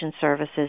services